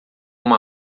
uma